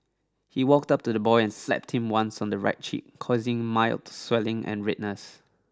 he walked up to the boy and slapped him once on the right cheek causing mild swelling and redness